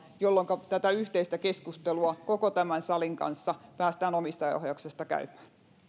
jolloinka tätä yhteistä keskustelua koko tämän salin kanssa päästään omistajaohjauksesta käymään